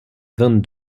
vingt